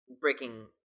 breaking